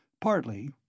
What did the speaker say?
Partly